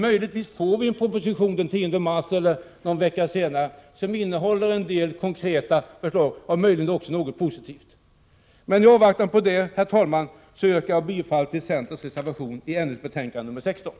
Möjligtvis får vi en proposition den 10 mars eller någon vecka senare som innehåller en del konkreta förslag, kanske också något positivt. I avvaktan på det, herr talman, yrkar jag bifall till centerns reservation i näringsutskottets betänkande 16.